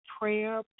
prayer